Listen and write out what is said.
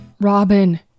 Robin